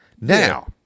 Now